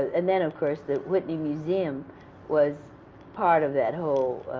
and then, of course, the whitney museum was part of that whole